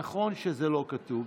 נכון שזה לא כתוב.